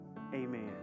amen